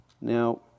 Now